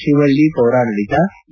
ಶಿವಳ್ಳಿ ಪೌರಾಡಳಿತ ಇ